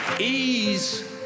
Ease